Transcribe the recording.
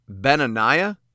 Benaniah